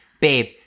babe